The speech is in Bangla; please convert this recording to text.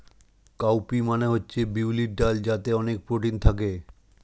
কাউ পি মানে হচ্ছে বিউলির ডাল যাতে অনেক প্রোটিন থাকে